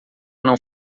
não